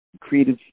creative